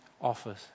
offers